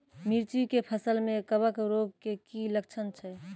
मिर्ची के फसल मे कवक रोग के की लक्छण छै?